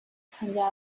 参加